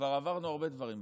וכבר עברנו הרבה דברים בחיים.